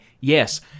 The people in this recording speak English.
Yes